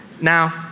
Now